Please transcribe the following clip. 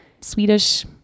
Swedish